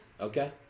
Okay